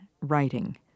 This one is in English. writing